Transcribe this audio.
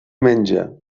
menja